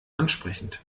ansprechend